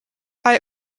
i—i